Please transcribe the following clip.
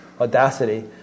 audacity